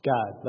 God